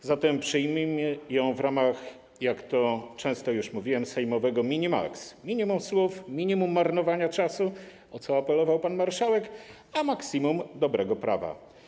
A zatem przyjmijmy ją w ramach, jak to często już mówiłem, sejmowego mini-max: minimum słów, minimum marnowania czasu, o co apelował pan marszałek, a maksimum dobrego prawa.